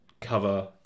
cover